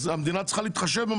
אז המדינה צריכה להתחשב.